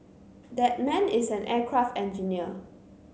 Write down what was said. that man is an aircraft engineer